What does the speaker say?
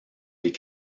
des